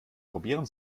probieren